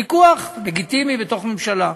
ויכוח לגיטימי בתוך ממשלה.